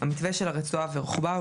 המתווה של הרצועה ורוחבה,